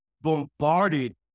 bombarded